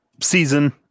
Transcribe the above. season